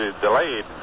Delayed